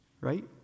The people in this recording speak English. right